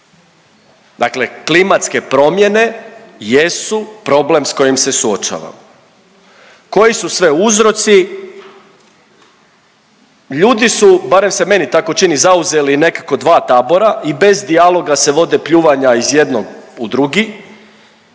dakle klimatske promjene jesu problem s kojim se suočavamo. Koji su sve uzroci? Ljudi su, barem se meni tako čini, zauzeli nekako dva tabora i bez dijaloga se vode pljuvanja iz jednog u drugi